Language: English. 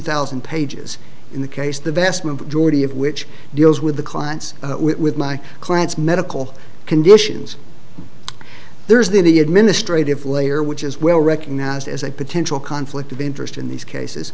thousand pages in the case the vast majority of which deals with the clients with my clients medical conditions there's the administrative layer which is well recognized as a potential conflict of interest in these cases